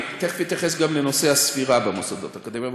אני תכף אתייחס גם לנושא הספירה במוסדות האקדמיים,